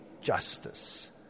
justice